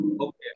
Okay